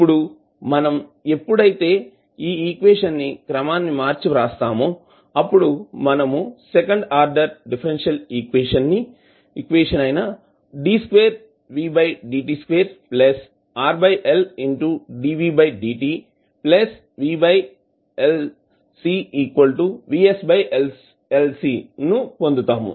ఇప్పుడు మనం ఎప్పుడైతే క్రమాన్నిమార్చిరాస్తామో అప్పుడు మనము సెకండ్ ఆర్డర్ డిఫరెన్షియల్ ఈక్వేషన్ ను పొందుతాము